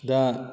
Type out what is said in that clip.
दा